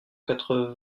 quatre